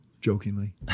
jokingly